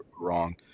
wrong